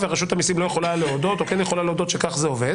ורשות המסים לא יכולה להודות או כן יכולה להודות שכך זה עובד.